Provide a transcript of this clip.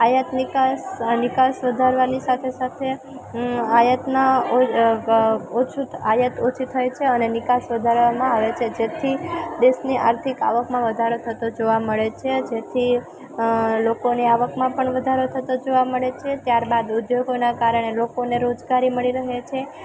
આયાત નિકાસ આ નિકાસ વધારવાની સાથે સાથે આયાતના ઓછું આયાત ઓછી થાય છે અને નિકાસ વધારવામાં આવે છે જેથી દેશની આર્થિક આવકમાં વધારો થતો જોવા મળે છે જેથી લોકોની આવકમાં પણ વધારો થતો જોવા મળે છે ત્યારબાદ ઉદ્યોગોના કારણે લોકોને રોજગારી મળી રહે છે